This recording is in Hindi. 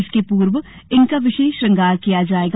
इसके पूर्व उनका विशेष श्रंगार किया जायेगा